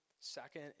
second